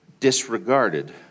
disregarded